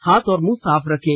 हाथ और मुंह साफ रखें